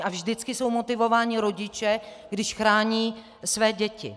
A vždycky jsou motivováni rodiče, když chrání své děti.